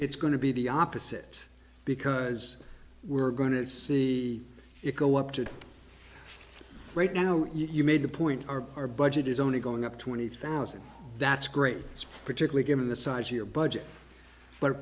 it's going to be the opposite because we're going to see it go up to right now you made the point or our budget is only going up twenty thousand that's great particularly given the size of your budget but